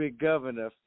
governor